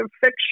fiction